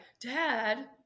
Dad